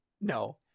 No